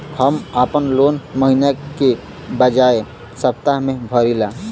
हम आपन लोन महिना के बजाय सप्ताह में भरीला